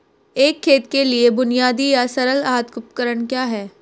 एक खेत के लिए बुनियादी या सरल हाथ उपकरण क्या हैं?